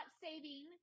saving